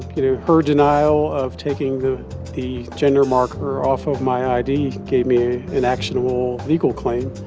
you know, her denial of taking the the gender marker off of my id gave me an actionable legal claim.